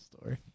story